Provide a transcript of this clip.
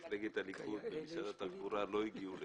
מפלגת הליכוד ומשרד התחבורה לא הגיעו לכאן,